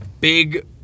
big